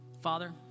Father